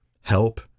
help